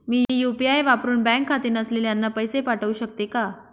मी UPI वापरुन bank खाते नसलेल्यांना पैसे पाठवू शकते का?